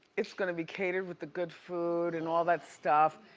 it's gonna be catered with the good food and all that stuff.